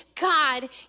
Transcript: God